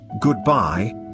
goodbye